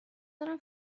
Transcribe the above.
دارم